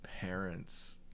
parents